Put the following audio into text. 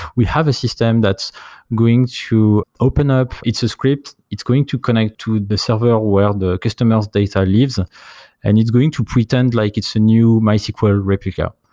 we have a system that's going to open up it's a script, it's going to connect to the server where the customer s data lives ah and it's going to pretend like it's a new mysql replica.